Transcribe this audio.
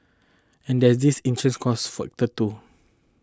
and there is intrinsic cost factor too